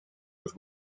with